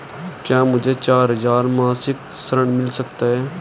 क्या मुझे चार हजार मासिक ऋण मिल सकता है?